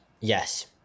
Yes